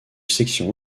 section